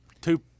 Two